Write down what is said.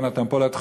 יהונתן פולארד,